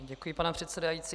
Děkuji, pane předsedající.